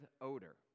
odor